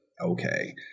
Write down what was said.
okay